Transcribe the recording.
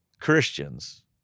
Christians